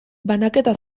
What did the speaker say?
banaketa